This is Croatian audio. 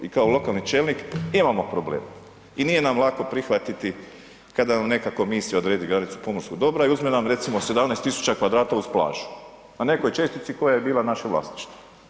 I kao lokalni čelnik imamo problema i nije nam lako prihvatiti kada vam neka komisija odredi granicu pomorskog dobra i uzme nam recimo 17 000 m2 uz plažu na nekoj čestici koja je bila naše vlasništvo.